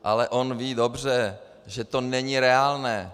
Ale on ví dobře, že to není reálné.